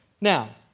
Now